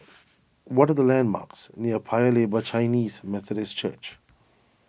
what are the landmarks near Paya Lebar Chinese Methodist Church